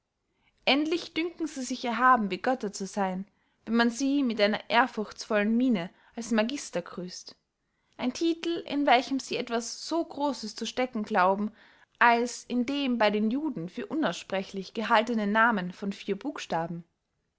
endlich dünken sie sich erhaben wie götter zu seyn wenn man sie mit einer ehrfurchtsvollen mine als magister grüßt ein titel in welchem sie etwas so grosses zu stecken glauben als in dem bey den juden für unaussprechlich gehaltenen namen von vier buchstaben